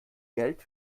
geld